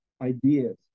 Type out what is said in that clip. ideas